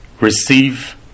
Receive